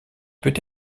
peut